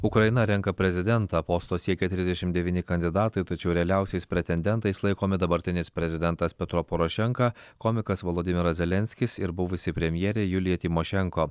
ukraina renka prezidentą posto siekia trisdešimt devyni kandidatai tačiau realiausiais pretendentais laikomi dabartinis prezidentas petro porošenka komikas volodymiras zelenskis ir buvusi premjerė julija tymošenko